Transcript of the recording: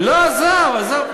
לא, עזוב.